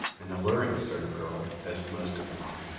an alluring sort of girl, as most of them are.